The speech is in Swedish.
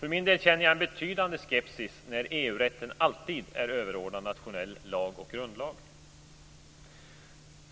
För min del känner jag en betydande skepsis när EU-rätten alltid är överordnad nationell lag och grundlag.